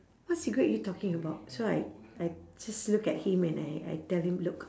what cigarette are you talking about so I I just look at him and I I tell him look